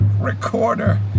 recorder